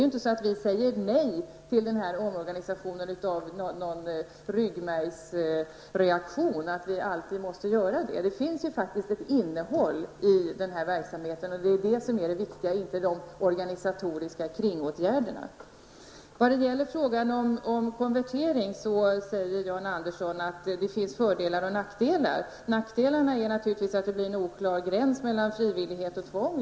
Vi säger inte nej till den här omorganisationen på grund av någon ryggmärgsreaktion, att vi alltid måste göra det. Det finns faktiskt ett innehåll i verksamheten. Det är innehållet som är det viktiga, inte de organisatoriska kringåtgärderna. Jan Andersson säger att det finns fördelar och nackdelar med konvertering. Nackdelarna är naturligtvis att det blir en oklar gräns mellan frivillighet och tvång.